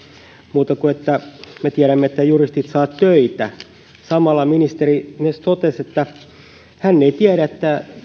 muuta kuin sen että juristit saavat töitä samalla ministeri myös totesi että hän ei tiedä